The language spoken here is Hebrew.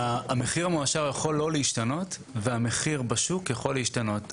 המחיר המאושר יכול לא להשתנות והמחיר בשוק יכול להשתנות.